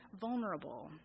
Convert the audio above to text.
vulnerable